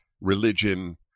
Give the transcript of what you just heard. religion